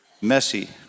messy